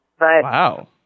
Wow